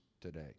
today